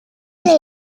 nicht